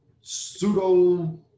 pseudo